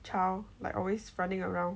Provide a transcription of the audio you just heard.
child like always running around